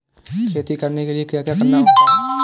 खेती करने के लिए क्या क्या करना पड़ता है?